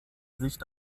sicht